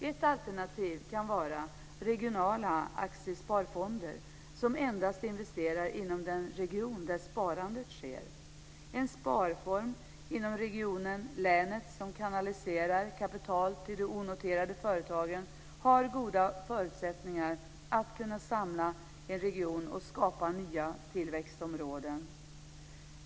Ett alternativ kan vara regionala aktiesparfonder, som endast investerar inom den region där sparandet sker. En sparform inom regionen eller länet som kanaliserar kapital till de onoterade företagen har goda förutsättningar att samla en region och skapa nya tillväxtområden.